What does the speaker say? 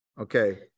okay